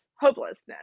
hopelessness